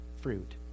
fruit